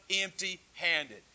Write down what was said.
empty-handed